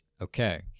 Okay